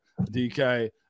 DK